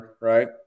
right